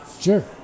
Sure